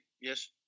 yes